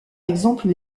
exemple